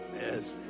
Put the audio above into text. Yes